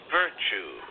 virtue